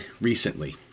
recently